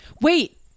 wait